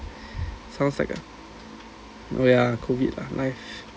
sounds like a oh ya COVID lah life